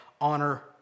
honor